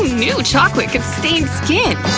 knew chocolate could stain skin!